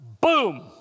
boom